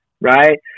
right